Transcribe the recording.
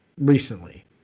recently